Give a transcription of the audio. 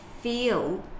feel